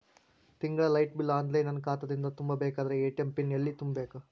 ತಿಂಗಳ light bill online ನನ್ನ ಖಾತಾ ದಿಂದ ತುಂಬಾ ಬೇಕಾದರ ಎ.ಟಿ.ಎಂ ಪಿನ್ ಎಲ್ಲಿ ತುಂಬೇಕ?